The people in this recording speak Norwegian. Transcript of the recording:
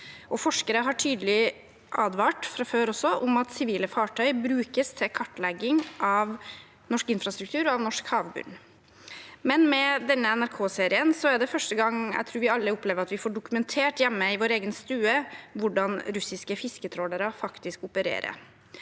fra før av tydelig advart om at sivile fartøy brukes til kartlegging av norsk infrastruktur og av norsk havbunn. Med denne NRK-serien er det likevel første gang jeg tror vi alle opp lever at vi får dokumentert, hjemme i vår egen stue, hvordan russiske fisketrålere faktisk opererer.